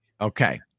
Okay